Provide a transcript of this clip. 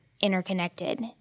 interconnected